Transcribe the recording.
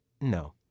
No